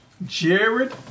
Jared